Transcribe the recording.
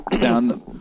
down